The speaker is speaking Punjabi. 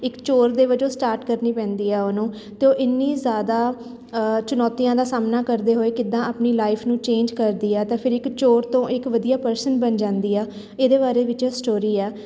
ਇੱਕ ਚੋਰ ਦੇ ਵਜੋਂ ਸਟਾਰਟ ਕਰਨੀ ਪੈਂਦੀ ਹੈ ਉਹਨੂੰ ਅਤੇ ਉਹ ਇੰਨੀ ਜ਼ਿਆਦਾ ਚੁਣੌਤੀਆਂ ਦਾ ਸਾਹਮਣਾ ਕਰਦੇ ਹੋਏ ਕਿੱਦਾਂ ਆਪਣੀ ਲਾਈਫ ਨੂੰ ਚੇਂਜ ਕਰਦੀ ਹੈ ਤਾਂ ਫਿਰ ਇੱਕ ਚੋਰ ਤੋਂ ਇੱਕ ਵਧੀਆ ਪਰਸਨ ਬਣ ਜਾਂਦੀ ਆ ਇਹਦੇ ਬਾਰੇ ਵਿੱਚ ਸਟੋਰੀ ਆ